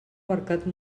mercat